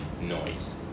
noise